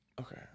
Okay